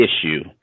issue